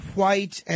White